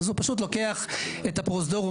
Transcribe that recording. הוא פשוט לוקח את הפרוזדור,